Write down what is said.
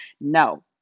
No